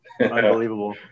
Unbelievable